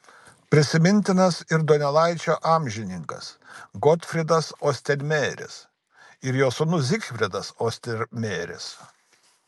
prisimintinas ir donelaičio amžininkas gotfrydas ostermejeris ir jo sūnus zygfridas ostermejeris